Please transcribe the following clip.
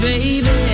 Baby